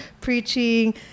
preaching